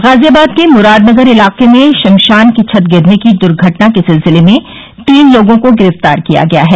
गाजियाबाद के मुरादनगर इलाके में श्मशान की छत गिरने की दुर्घटना के सिलसिले में तीन लोगों को गिरफ्तार किया गया है